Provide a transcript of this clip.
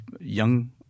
young